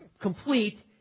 complete